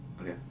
okay